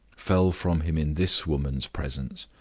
fell from him in this woman's presence,